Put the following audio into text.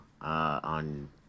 on